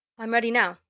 i'm ready now.